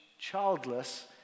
childless